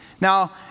Now